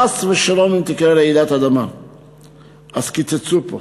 חס ושלום, אם תקרה רעידת אדמה, אז קיצצו פה.